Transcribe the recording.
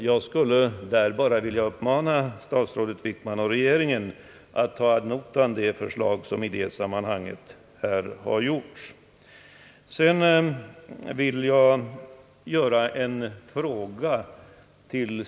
Jag uppmanar därför regeringen att ta herr Dahléns förslag ad notam.